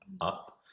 up